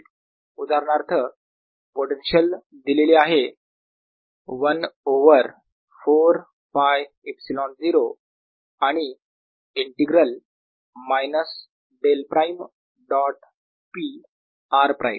उदाहरणार्थ पोटेन्शियल दिलेले आहे 1 ओव्हर 4 πε0 आणि integral minus del prime dot P r prime